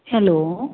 hello